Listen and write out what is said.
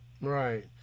Right